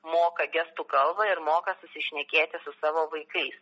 moka gestų kalbą ir moka susišnekėti su savo vaikais